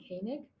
Koenig